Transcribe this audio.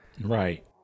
Right